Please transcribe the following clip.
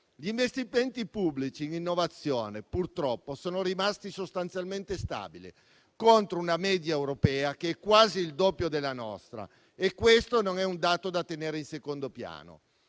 Gli investimenti pubblici in innovazione, purtroppo, sono rimasti sostanzialmente stabili, contro una media europea che è quasi il doppio della nostra, e questo non è un dato da tenere in secondo piano.